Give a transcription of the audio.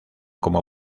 como